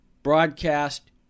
Broadcast